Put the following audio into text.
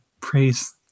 praise